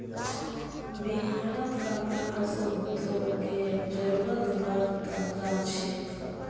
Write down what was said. बिहारत कपास उद्योगेर जरूरत बढ़ त जा छेक